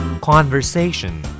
Conversation